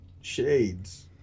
Shades